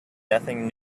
nothing